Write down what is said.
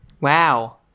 Wow